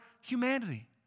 humanity